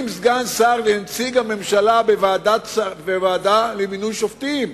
סגן שר כנציג הממשלה בוועדה למינוי שופטים,